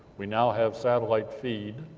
we now have satellite feed,